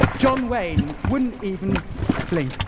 john wayne wouldn't even flicker.